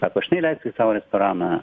sako aš neileisiu į savo restoraną